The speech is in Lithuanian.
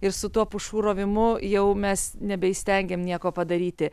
ir su tuo pušų rovimu jau mes nebeįstengėm nieko padaryti